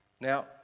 Now